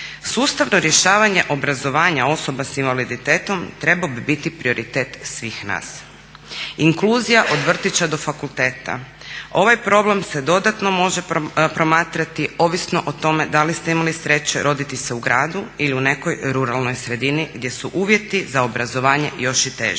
Sustavno rješavanje obrazovanja osoba sa invaliditetom terbao bi biti prioritet svih nas. Inkluzija od vrtića do fakulteta, ovaj problem se dodatno može promatrati ovisno o tome da li ste imali sreće roditi se u gradu ili u nekoj ruralnoj sredini gdje su uvjeti za obrazovanje još i teži.